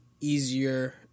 easier